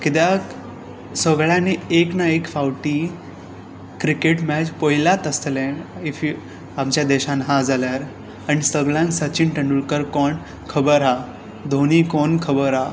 कित्याक सगळ्यांनी एक ना एक फावटी क्रिकेट मॅच पळयल्याच आसतलें इफ यू आमच्या देशान आसा जाल्यार आनी सगळ्यांक सचीन तेंडूलकर कोण खबर आसा धोनी कोण खबर आसा